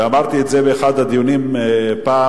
ואמרתי את זה באחד הדיונים פעם,